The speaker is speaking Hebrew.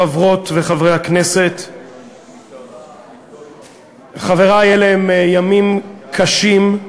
תודה, חברות וחברי הכנסת, חברי, אלה ימים קשים.